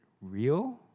real